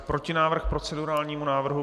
Protinávrh k procedurálnímu návrhu.